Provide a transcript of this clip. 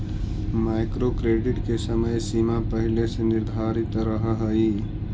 micro credit के समय सीमा पहिले से निर्धारित रहऽ हई